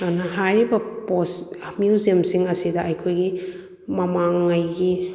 ꯑꯗꯨꯅ ꯍꯥꯏꯔꯤꯕ ꯄꯣꯁ ꯃ꯭ꯌꯨꯖꯝꯁꯤꯡ ꯑꯁꯤꯗ ꯑꯩꯈꯣꯏꯒꯤ ꯃꯃꯥꯡꯉꯩꯒꯤ